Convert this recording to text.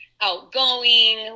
outgoing